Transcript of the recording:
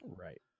Right